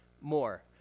more